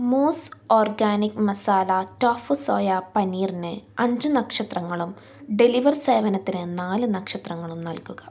മൂസ് organic masala tofu soya paneer ന് അഞ്ച് നക്ഷത്രങ്ങളും ഡെലിവർ സേവനത്തിന് നാല് നക്ഷത്രങ്ങളും നൽകുക